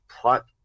plot